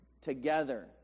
together